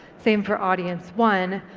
same for audience one.